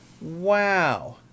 Wow